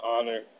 honor